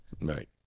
Right